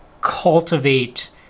cultivate